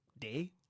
Day